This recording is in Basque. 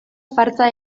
fartsa